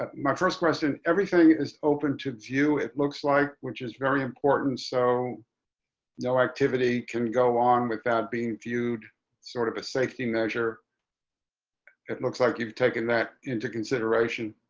ah my first question, everything is open to view it looks like, which is very important. so no activity can go on without being viewed sort of a safety measure it looks like you've taken that into consideration,